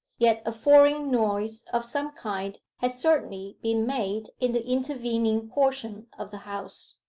yet a foreign noise of some kind had certainly been made in the intervening portion of the house.